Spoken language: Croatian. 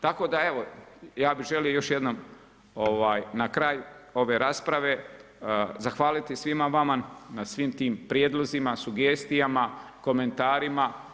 Tako da evo ja bih želio još jednom na kraju ove rasprave zahvaliti svima vama na svim tim prijedlozima, sugestijama, komentarima.